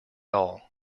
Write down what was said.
all